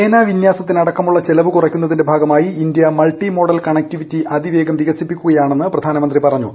സേനാ വിന്യാസത്തിനടക്കമുള്ള ചെലവ് കുറയ്ക്കുന്നതിന്റെ ഭാഗമായി ഇന്ത്യ മൾട്ടിമോഡൽ കണക്റ്റിവിറ്റി അതിവേഗം വികസിപ്പിക്കുകയാണെന്ന് പ്രധാനമന്ത്രി പറഞ്ഞു